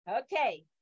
Okay